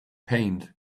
paint